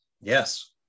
Yes